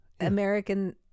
American